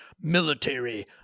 military